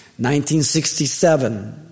1967